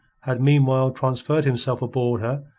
had meanwhile transferred himself aboard her,